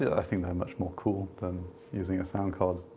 i think they're much more cool than using a sound card.